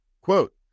Quote